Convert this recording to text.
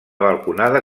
balconada